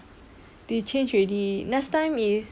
the change already last time is